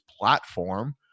platform